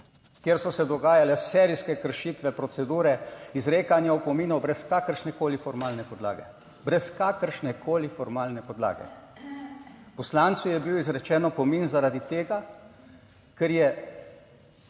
kjer so se dogajale serijske kršitve procedure izrekanja opominov brez kakršnekoli formalne podlage, brez kakršnekoli formalne podlage. Poslancu je bil izrečen opomin zaradi tega. Ker je